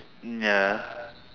ya